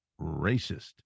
racist